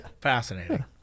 Fascinating